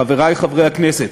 חברי חברי הכנסת,